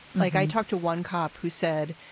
like, i talked to one cop who said,